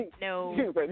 No